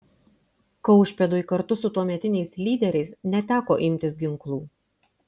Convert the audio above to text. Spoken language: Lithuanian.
kaušpėdui kartu su tuometiniais lyderiais neteko imtis ginklų